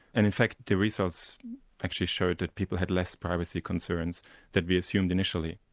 and in fact, the results actually show that people had less privacy concerns than we assumed initially.